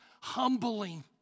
humbling